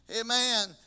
amen